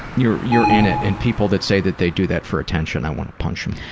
you're you're in it. and people that say that they do that for attention, i want to punch them.